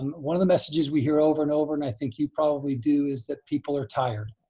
one of the messages we hear over and over and i think you probably do is that people are tired.